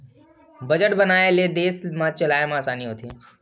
budget बनाए ले देस ल चलाए म असानी होथे